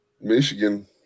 Michigan